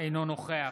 אינו נוכח